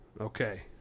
Okay